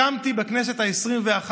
הקמתי בכנסת העשרים-ואחת,